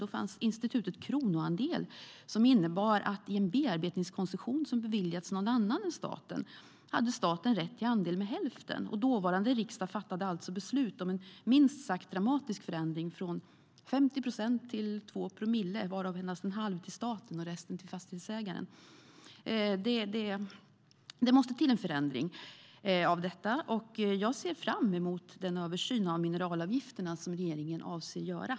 Då fanns institutet kronoandel som innebar att i en bearbetningskoncession som beviljats någon annan än staten hade staten rätt till andel med hälften. Dåvarande riksdag fattade beslut om en minst sagt dramatisk förändring från 50 procent till 2 promille varav endast en halv till staten och resten till fastighetsägaren. Det måste till en förändring av detta. Jag ser fram emot den översyn av mineralavgifterna som regeringen avser att göra.